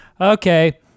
Okay